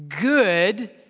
good